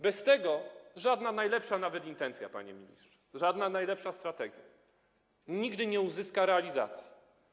Bez tego żadna, nawet najlepsza intencja, panie ministrze, żadna najlepsza strategia nigdy nie uzyska realizacji.